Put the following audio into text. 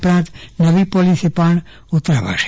ઉપરાંત નવી પોલીસી પણ ઉતરાવાશે